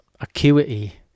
acuity